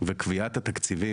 וקביעת התקציבים,